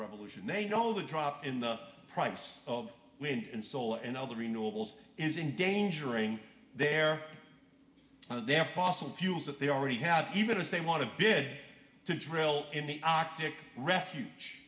revolution they know the drop in the price of wind and solar and all the renewables is in danger a new there no they're fossil fuels that they already have even if they want to bid to drill in the arctic refuge